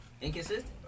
Inconsistent